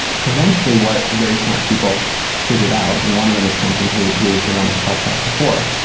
but eventually what very smart people figured out, and one of them is kenton, who's who's been on this podcast before,